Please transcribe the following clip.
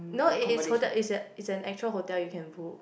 no it is hotel it's it's an actual hotel you can go